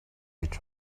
гэж